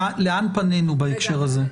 לאן פנינו בהקשר הזה.